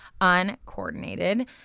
uncoordinated